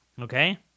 Okay